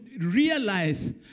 realize